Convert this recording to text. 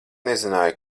nezināju